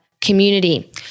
community